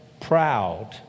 proud